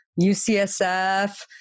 UCSF